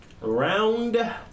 Round